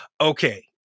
okay